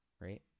right